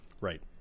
right